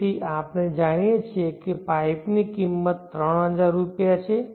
તેથી આપણે જાણીએ છીએ કે પાઇપની કિંમત 3000 રૂપિયા છે